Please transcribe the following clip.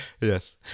yes